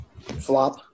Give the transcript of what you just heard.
flop